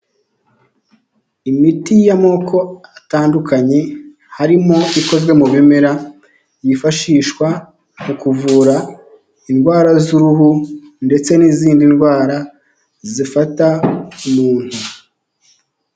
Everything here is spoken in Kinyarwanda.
Imiti y'amoko atandukanye harimo ikozwe mu bimera yifashishwa mu kuvura indwara z'uruhu ndetse n'izindi ndwara zifata umuntu.